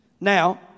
Now